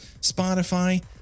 Spotify